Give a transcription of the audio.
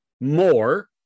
more